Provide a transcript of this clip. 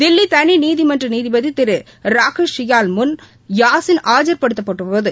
தில்லி தளி நீதிமன்ற நீதிபதி திரு ராகோஷ் சியால் முன் யாசீன் ஆஜர்படுத்தப்பட்டபோது